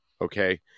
Okay